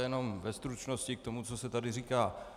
Jenom ve stručnosti k tomu, co se tady říká.